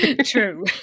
True